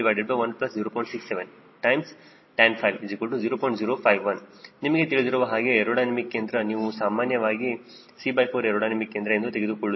051 ನಿಮಗೆ ತಿಳಿದಿರುವ ಹಾಗೆ ಏರೋಡೈನಮಿಕ್ ಕೇಂದ್ರ ನಾವು ಸಾಮಾನ್ಯವಾಗಿ c4 ಏರೋಡೈನಮಿಕ್ ಕೇಂದ್ರ ಎಂದು ತೆಗೆದುಕೊಳ್ಳುತ್ತೇವೆ